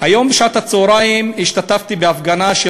היום בשעת הצהריים השתתפתי בהפגנה של